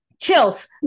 chills